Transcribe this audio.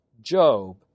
Job